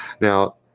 Now